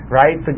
right